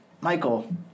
Michael